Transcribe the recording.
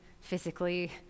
physically